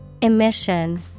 Emission